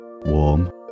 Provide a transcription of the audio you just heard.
Warm